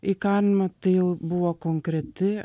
įkalinimą tai jau buvo konkreti